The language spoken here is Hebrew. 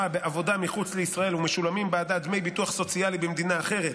בעבודה מחוץ לישראל ומשולמים בעדה דמי ביטוח סוציאלי במדינה אחרת,